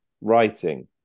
writing